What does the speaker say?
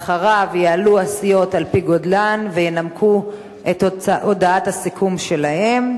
אחריו יעלו נציגי הסיעות על-פי גודלן וינמקו את הודעת הסיכום שלהן,